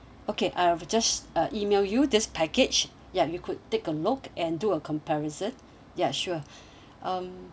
okay I have just uh email you this package ya you could take a look and do a comparison ya sure um